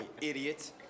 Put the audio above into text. idiot